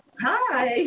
Hi